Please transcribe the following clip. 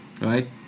Right